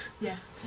Yes